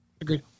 Agreed